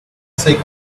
rsi